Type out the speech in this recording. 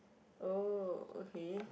oh okay